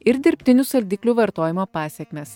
ir dirbtinių saldiklių vartojimo pasekmes